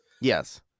Yes